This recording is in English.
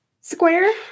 square